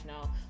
now